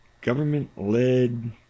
government-led